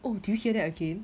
oh did you hear that again